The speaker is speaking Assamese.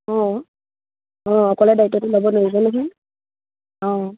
অঁ অঁ অকলে দায়িত্বটো ল'ব নোৱাৰিব নহয় অঁ